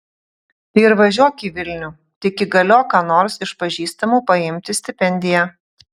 tai ir važiuok į vilnių tik įgaliok ką nors iš pažįstamų paimti stipendiją